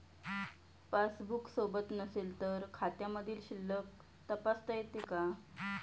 Passbook सोबत नसेल तर खात्यामधील शिल्लक तपासता येते का?